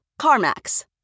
CarMax